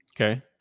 Okay